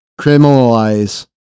criminalize